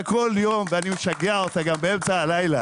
כל יום ואני משגע אותה גם באמצע הלילה.